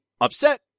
upset